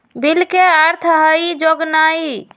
bill के अर्थ हइ जोगनाइ